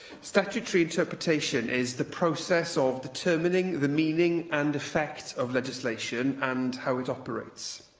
statutory interpretation is the process of determining the meaning and effect of legislation and how it operates.